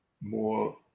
more